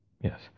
yes